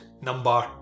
number